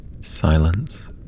Silence